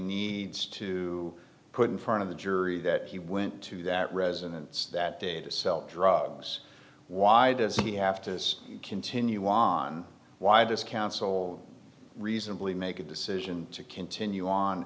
needs to put in front of the jury that he went to that resonance that day to sell drugs why does he have to continue on why discounts old reasonably make a decision to continue on